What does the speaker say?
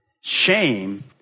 shame